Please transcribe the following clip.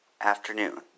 afternoon